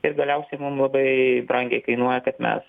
ir galiausiai mum labai brangiai kainuoja kad mes